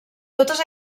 totes